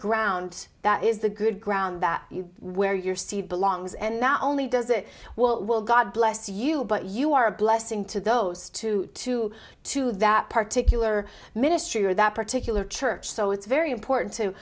ground that is the good ground that you where your seed belongs and not only does it well god bless you but you are a blessing to those two to two that particular ministry or that particular church so it's very important to